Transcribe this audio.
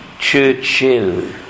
Churchill